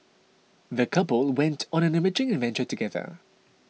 the couple went on an enriching adventure together